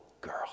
girl